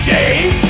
Dave